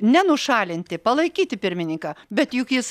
nenušalinti palaikyti pirmininką bet juk jis